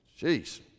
Jeez